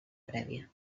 prèvia